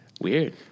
Weird